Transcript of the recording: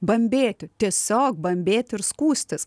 bambėti tiesiog bambėti ir skųstis